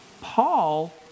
Paul